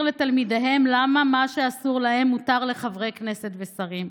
לתלמידיהם למה מה שאסור להם מותר לחברי כנסת ושרים.